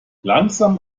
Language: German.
langsam